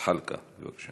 עשר דקות,